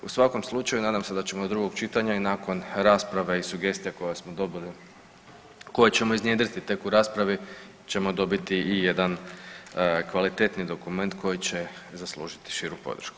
U svakom slučaju nadam se da ćemo do drugog čitanja i nakon rasprava i sugestija koje smo dobili, koje ćemo iznjedriti tek u raspravi ćemo dobiti i jedan kvalitetni dokument koji će zaslužiti širu podršku.